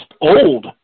old